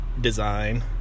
design